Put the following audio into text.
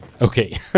Okay